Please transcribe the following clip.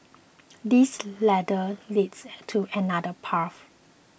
this ladder leads to another path